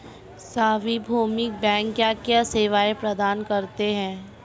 सार्वभौमिक बैंक क्या क्या सेवाएं प्रदान करते हैं?